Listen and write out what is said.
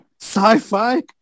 Sci-fi